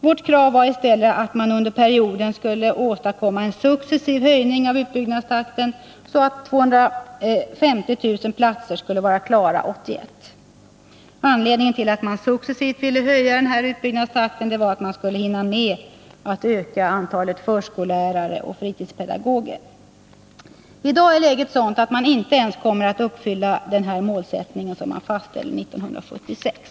Vårt krav var i stället att man under perioden skulle åstadkomma en successiv höjning av utbyggnadstakten, så att 250 000 platser skulle vara klara 1981. Anledningen till att man successivt ville höja utbyggnadstakten var att man skulle hinna med att öka antalet förskollärare och fritidspedagoger. I dag är läget sådant att man inte ens kommer att uppfylla den här målsättningen som fastställdes 1976.